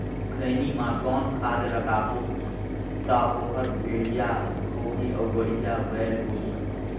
खैनी मा कौन खाद लगाबो ता ओहार बेडिया भोगही अउ बढ़िया बैल होही?